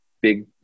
big